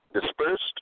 dispersed